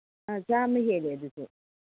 ꯑ ꯆꯥꯝꯃ ꯍꯦꯜꯂꯦ ꯑꯗꯨꯁꯨ